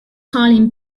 carlin